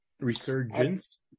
Resurgence